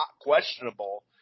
questionable